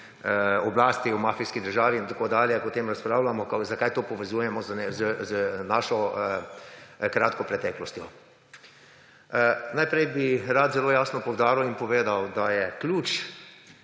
oblasti, o mafijski državi in tako dalje, to povezujemo z našo kratko preteklostjo. Najprej bi rad zelo jasno poudaril in povedal, da je ključ